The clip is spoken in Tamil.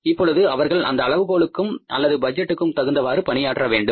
இப்பொழுது அவர்கள் அந்த அளவுகோலுக்கும் அல்லது பட்ஜெட்டுக்கும் தகுந்தவாறு பணியாற்ற வேண்டும்